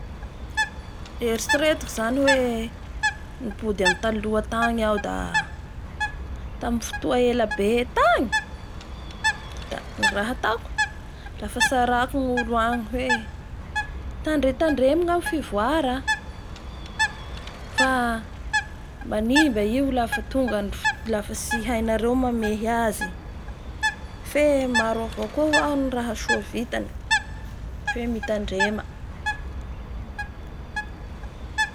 Eritreretiko zany hoe nipody amin'ny taoha tany iaho da tamin'ny fotoa ea be tany da ny raha ataoko afa tsariko ny olo agny hoe tandretandremo ny amin'ny fioara fa manimba io lafa tonga ny foto-lafa tsy hainareo ny mamehy azyfe maro avao koa hoaho ny rah soa vitany fe mitandrema.